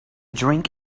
drink